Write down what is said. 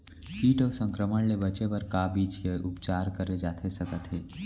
किट अऊ संक्रमण ले बचे बर का बीज के उपचार करे जाथे सकत हे?